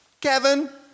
Kevin